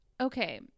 okay